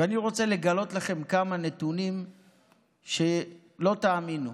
ואני רוצה לגלות לכם כמה נתונים שלא תאמינו.